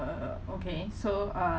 err okay so um